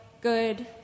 good